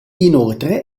inoltre